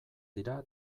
dira